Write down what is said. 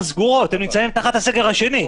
מיני דברים קטנים שיכולים להיכנס להגדרות האלה.